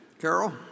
Carol